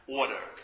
order